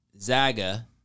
Zaga